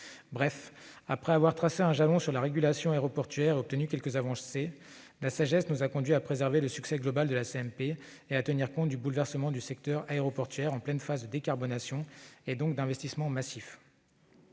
Bref, après avoir tracé un jalon sur la régulation aéroportuaire et obtenu quelques avancées, la sagesse nous a conduits à préserver le succès global de la CMP et à tenir compte du bouleversement du secteur aéroportuaire, en pleine phase de décarbonation, donc d'investissement massif.